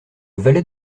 valet